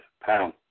Pound